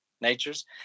natures